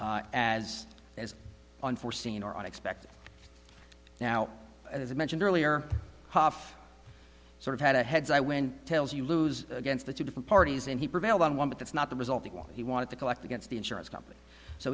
margolese as as unforeseen or unexpected now as i mentioned earlier huff sort of had a heads i win tails you lose against the two different parties and he prevailed on one but that's not the result of what he wanted to collect against the insurance company so